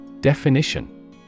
Definition